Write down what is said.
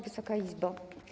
Wysoka Izbo!